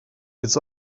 its